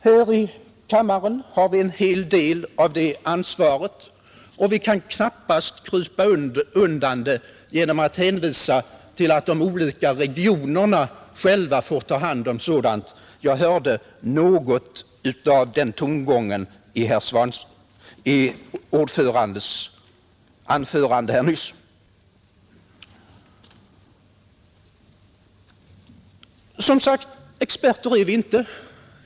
Här i kammaren har vi en hel del av det ansvaret, och vi kan knappast krypa undan det genom att hänvisa till att de olika regionerna själva får ta hand om sådant. Jag hörde något av den tongången i herr Svanbergs anförande här nyss. Experter är vi som sagt inte.